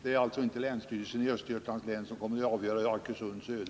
Det är alltså inte länsstyrelsen i Östergötlands län som avgör Arkösunds öde.